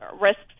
risks